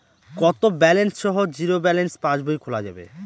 কত ব্যালেন্স সহ zero balance পাসবই খোলা যাবে?